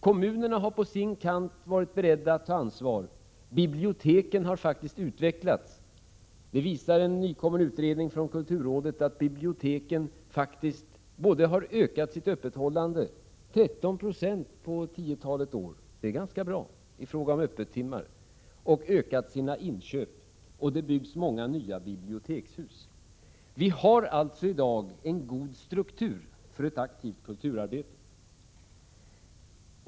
Kommunerna har på sin kant varit beredda att ta ansvar. Biblioteken har faktiskt utvecklats. En nykommen utredning från kulturrådet visar att biblioteken både har ökat sitt öppethållande — 13 96 på tiotalet år är ganska bra i fråga om öppettimmar — och ökat sina inköp, och det byggs många nya bibliotekshus. Vi har alltså i dag en god struktur för ett aktivt kulturarbete.